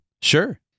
Sure